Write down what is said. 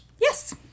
Yes